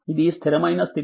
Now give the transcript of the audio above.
ఇది స్థిరమైన స్థితి